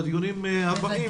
בדיונים הבאים -- בוודאי.